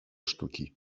sztuki